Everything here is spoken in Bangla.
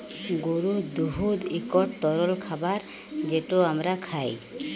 গরুর দুহুদ ইকট তরল খাবার যেট আমরা খাই